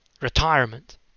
Retirement